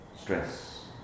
stress